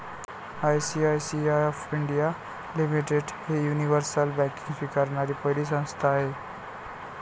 ICICI of India limited ही universal banking स्वीकारणारी पहिली संस्था आहे